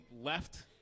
left